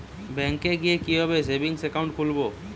ব্যাঙ্কে গিয়ে কিভাবে সেভিংস একাউন্ট খুলব?